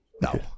No